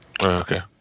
Okay